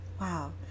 Wow